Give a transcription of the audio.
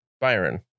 byron